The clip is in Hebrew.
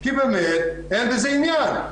כי באמת אין בזה עניין.